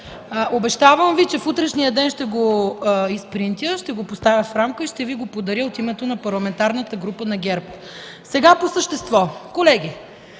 Обещавам Ви, че в утрешния ден ще го принтирам, ще го поставя в рамка и ще Ви го подаря от името на Парламентарната група на ГЕРБ. Сега по същество. Колеги,